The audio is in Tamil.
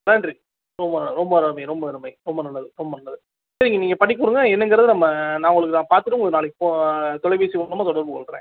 நன்றி ரொம்ப அருமை ரொம்ப அருமை ரொம்ப நல்லது ரொம்ப நல்லது சரி நீங்கள் பண்ணி கொடுங்க என்னங்கிறது நம்ம நான் உங்களுக்கு நான் பார்த்துட்டு நாளைக்கு தொலைபேசி மூலமாக தொடர்புக் கொள்கிறேன்